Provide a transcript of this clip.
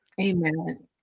Amen